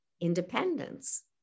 independence